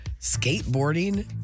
skateboarding